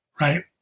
right